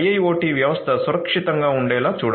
IIoT వ్యవస్థ సురక్షితంగా ఉండేలా చూడాలి